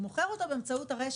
הוא מוכר אותו באמצעות הרשת.